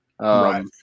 Right